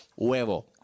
huevo